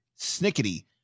Snickety